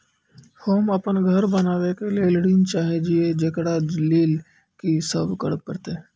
होम अपन घर बनाबै के लेल ऋण चाहे छिये, जेकरा लेल कि सब करें परतै?